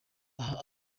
aha